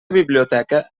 biblioteca